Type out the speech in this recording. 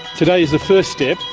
today is the first step,